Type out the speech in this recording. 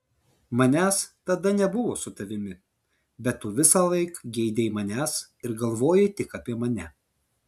manęs tada nebuvo su tavimi bet tu visąlaik geidei manęs ir galvojai tik apie mane